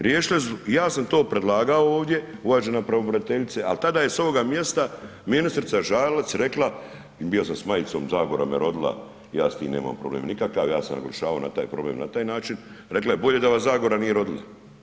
Riješile su, ja sam to predlagao ovdje uvažena pravobraniteljice, al tada je s ovoga mjesta ministrica Žalac rekla, bio sam s majcom Zagora me rodila, ja s tim nemam problem nikakav, ja sam naglašavo na taj problem na taj način, rekla je bolje da vas Zagora nije rodila.